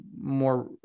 more